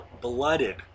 blooded